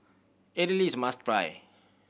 Idili is must try